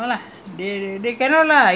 ஜாஸ்தி போது:jaasthi pothu !huh!